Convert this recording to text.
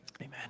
Amen